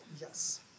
yes